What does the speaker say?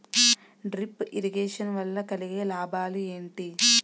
Drip irrigation వల్ల కలిగే లాభాలు ఏంటి?